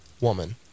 woman